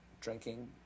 drinking